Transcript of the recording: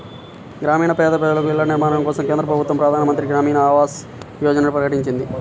గ్రామీణ పేద ప్రజలకు ఇళ్ల నిర్మాణం కోసం కేంద్ర ప్రభుత్వం ప్రధాన్ మంత్రి గ్రామీన్ ఆవాస్ యోజనని ప్రకటించింది